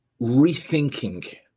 rethinking